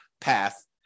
path